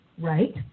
Right